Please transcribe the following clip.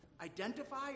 identify